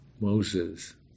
Moses